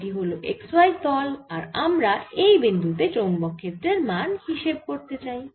এটি হল x y তল আর আমরা এই বিন্দু তে চৌম্বক ক্ষেত্রের মান হিসেব করতে চাই